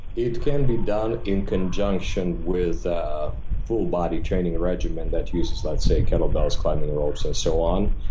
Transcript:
it can be done in conjunction with a full body training regimen that uses, let's say, kettle bells, climbing ropes, and so on.